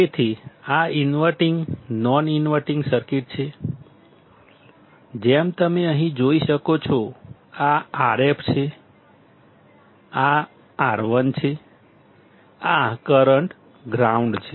તેથી આ inverting non inverting circuit છે જેમ તમે અહીં જોઈ શકો છો આ Rf છે આ R1 છે આ કરંટ ગ્રાઉન્ડ છે